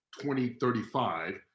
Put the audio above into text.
2035